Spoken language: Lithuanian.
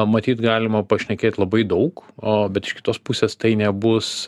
matyt galima pašnekėt labai daug o bet iš kitos pusės tai nebus